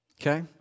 okay